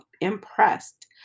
impressed